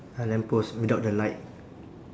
a lamp post without the light